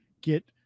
get